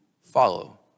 follow